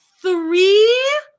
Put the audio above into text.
Three